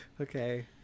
Okay